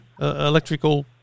electrical